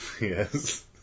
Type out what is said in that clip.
yes